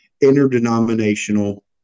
interdenominational